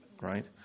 right